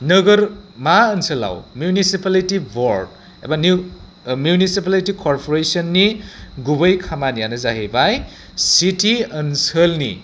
नोगोरमा ओनसोलाव municipality board एबा मिउनिसिपालिटि करप'रेसननि गुबै खामानियानो जाहैबाय सिटि ओनसोलनि